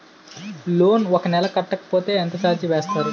Loan ఒక నెల కట్టకపోతే ఎంత ఛార్జ్ చేస్తారు?